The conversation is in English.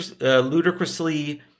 ludicrously